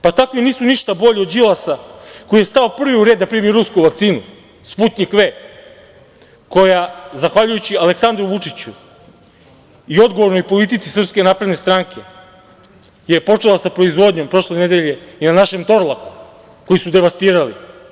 Pa takvi ništa nisu bolji od Đilasa koji je stao prvi u red da primi rusku vakcinu Sputnjik V, koja zahvaljujući Aleksandru Vučiću i odgovornoj politici SNS je počela sa proizvodnjom prošle nedelje i našem Torlaku, koji su devastirali.